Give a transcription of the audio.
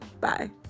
Bye